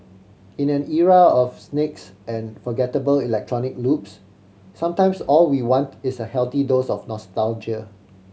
in an era of snakes and forgettable electronic loops sometimes all we want is a healthy dose of nostalgia